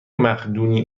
مقدونی